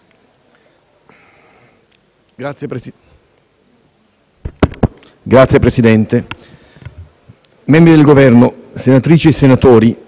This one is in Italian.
Signor Presidente, membri del Governo, senatrici e senatori,